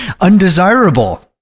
undesirable